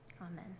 amen